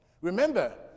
Remember